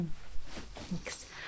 Thanks